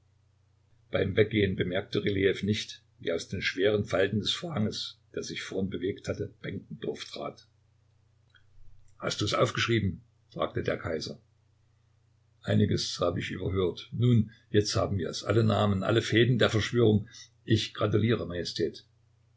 beim weggehen merkte rylejew nicht wie aus den schweren falten des vorhanges der sich vorhin bewegt hatte benkendorf trat hast du es aufgeschrieben fragte der kaiser einiges habe ich überhört nun jetzt haben wir es alle namen alle fäden der verschwörung ich gratuliere majestät